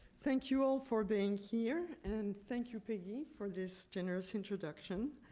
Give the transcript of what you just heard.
thank you all for being here and thank you, peggy, for this generous introduction.